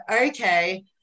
okay